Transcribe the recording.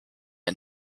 ein